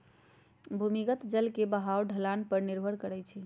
भूमिगत जल के बहाव ढलान पर निर्भर करई छई